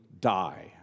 die